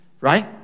right